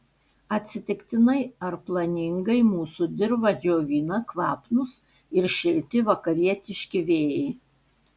atsitiktinai ar planingai mūsų dirvą džiovina kvapnūs ir šilti vakarietiški vėjai